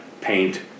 paint